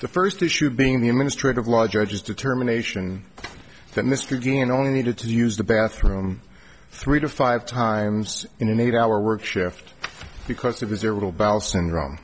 the first issue being the administrative law judges determination that mr gannon only needed to use the bathroom three to five times in an eight hour work shift because of his or little bowel syndrome